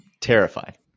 terrified